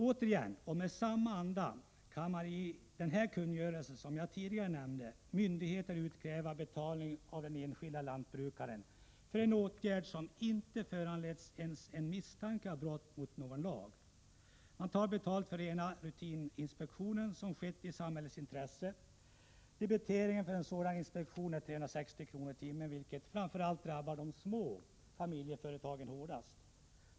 Återigen, i samma anda som kunde noteras i den kungörelse som jag tidigare nämnde, kan myndigheter utkräva betalning av den enskilde lantbrukaren för en åtgärd som inte föranletts av ens misstanke om brott mot någon lag. Man tar betalt för en ren rutininspektion som skett i samhällets intresse. Debiteringen för en sådan inspektion är 360 kr. per timme, vilket framför allt drabbar de små familjeföretagen hårdast.